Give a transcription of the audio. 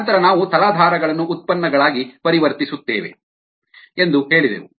ನಂತರ ನಾವು ತಲಾಧಾರಗಳನ್ನು ಉತ್ಪನ್ನಗಳಾಗಿ ಪರಿವರ್ತಿಸುತ್ತೇವೆ ಎಂದು ಹೇಳಿದೆವು